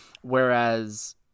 Whereas